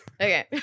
Okay